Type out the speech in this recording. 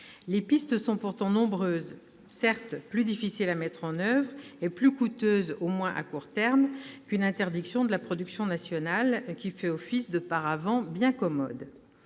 Les pistes sont du reste nombreuses, bien qu'elles soient plus difficiles à mettre en oeuvre et plus coûteuses, au moins à court terme, qu'une interdiction de la production nationale, qui fait office de paravent bien commode.